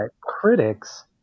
critics